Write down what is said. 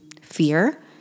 fear